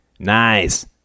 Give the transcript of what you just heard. Nice